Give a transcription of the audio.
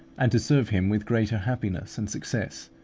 and to serve him with greater happiness and success,